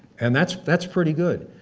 and that's that's pretty good.